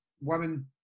women